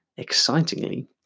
excitingly